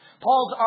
Paul's